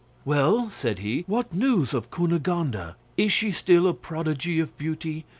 well, said he, what news of cunegonde? ah is she still a prodigy of beauty?